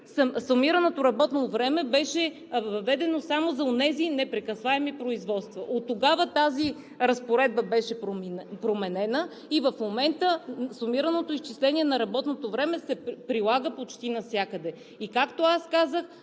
сумираното работно време беше въведено само за онези непрекъсваеми производства. Оттогава тази разпоредба беше променена и в момента сумираното изчисление на работното време се прилага почти навсякъде и, както казах,